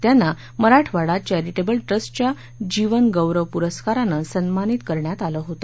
त्यांना मराठवाडा चरीटैबल ट्रस्टच्या जीवन गौरव पुरस्कारानं सन्मानित करण्यात आलं होतं